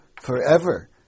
forever